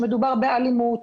שמדובר באלימות,